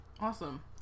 awesome